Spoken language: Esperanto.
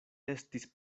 estis